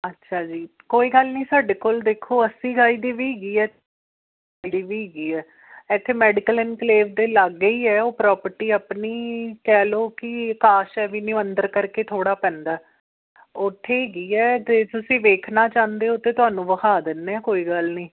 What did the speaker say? ਅੱਛਾ ਜੀ ਕੋਈ ਗੱਲ ਨਹੀਂ ਸਾਡੇ ਕੋਲ ਦੇਖੋ ਅੱਸੀ ਗਜ਼ ਦੀ ਵੀ ਹੈਗੀ ਹੈ ਦੀ ਵੀ ਹੈਗੀ ਹੈ ਇੱਥੇ ਮੈਡੀਕਲ ਇਨਕਲੇਵ ਦੇ ਲਾਗੇ ਹੀ ਹੈ ਉਹ ਪ੍ਰੋਪਰਟੀ ਆਪਣੀ ਕਹਿ ਲਓ ਕਿ ਆਕਾਸ਼ ਐਵੀਨਿਊ ਅੰਦਰ ਕਰਕੇ ਥੋੜ੍ਹਾ ਪੈਂਦਾ ਉੱਥੇ ਹੈਗੀ ਹੈ ਅਤੇ ਤੁਸੀਂ ਦੇਖਣਾ ਚਾਹੁੰਦੇ ਹੋ ਤਾਂ ਤੁਹਾਨੂੰ ਦਿਖਾ ਦਿੰਦੇ ਹਾਂ ਕੋਈ ਗੱਲ ਨਹੀਂ